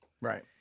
Right